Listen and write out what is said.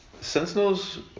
Sentinels